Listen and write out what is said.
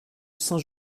saint